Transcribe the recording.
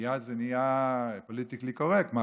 מייד זה נראה לא פוליטיקלי קורקט: מה,